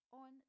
on